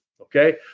Okay